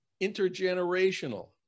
intergenerational